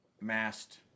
masked